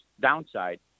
downside